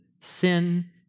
sin